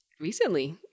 recently